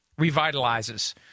revitalizes